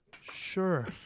Sure